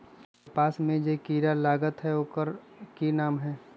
कपास में जे किरा लागत है ओकर कि नाम है?